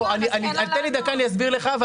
תן לי דקה להסביר לך.